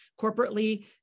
corporately